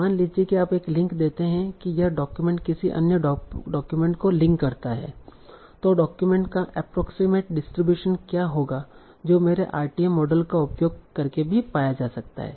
मान लीजिए कि आप एक लिंक देते हैं कि यह डॉक्यूमेंट किसी अन्य डॉक्यूमेंट को लिंक करता है तो डॉक्यूमेंट का अप्प्रोक्सिमेट डिस्ट्रीब्यूशन क्या होगा जो मेरे RTM मॉडल का उपयोग करके भी पाया जा सकता है